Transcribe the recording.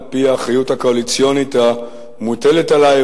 על-פי האחריות הקואליציונית המוטלת עלי,